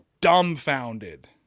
dumbfounded